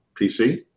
PC